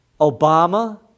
Obama